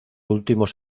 últimos